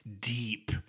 deep